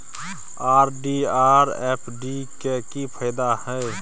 RD आर FD के की फायदा हय?